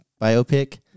biopic